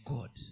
God